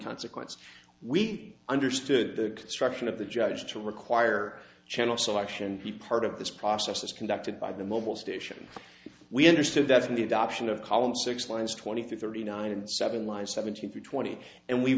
consequence we understood the construction of the judge to require channel selection be part of this process as conducted by the mobil station we understood that in the adoption of column six lines twenty three thirty nine and seven lines seventy three twenty and we